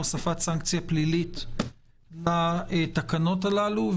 הוספת סנקציה פלילית בתקנות הללו.